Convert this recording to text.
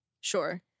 Sure